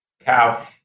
cow